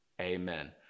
amen